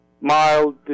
mild